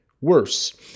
Worse